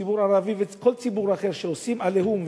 ציבורי ערבי וכל ציבור אחר שעושים עליו "עליהום",